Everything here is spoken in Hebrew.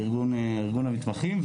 ארגון המתמחים,